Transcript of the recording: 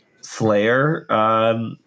slayer